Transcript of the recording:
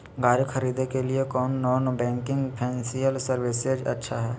गाड़ी खरीदे के लिए कौन नॉन बैंकिंग फाइनेंशियल सर्विसेज अच्छा है?